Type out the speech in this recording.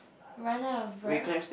run out of breath